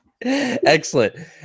excellent